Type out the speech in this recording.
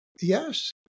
Yes